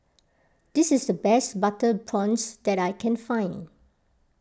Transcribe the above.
this is the best Butter Prawns that I can find